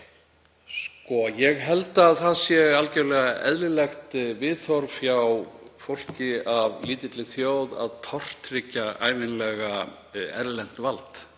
Ég held að það sé algerlega eðlilegt viðhorf hjá fólki af lítilli þjóð að tortryggja ævinlega erlent vald.